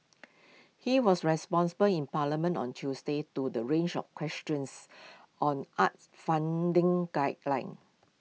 he was responsible in parliament on Tuesday to the range of questions on arts funding guidelines